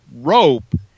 rope